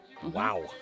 Wow